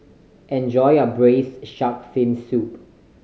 enjoy your Braised Shark Fin Soup